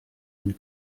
une